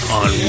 on